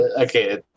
Okay